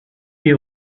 die